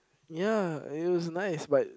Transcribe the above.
ya it was nice but